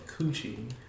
coochie